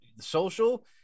social